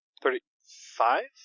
Thirty-five